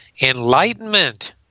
enlightenment